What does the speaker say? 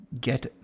Get